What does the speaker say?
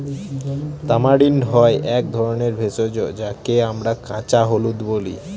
tamarind হয় এক ধরনের ভেষজ যাকে আমরা কাঁচা হলুদ বলি